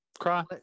cry